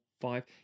five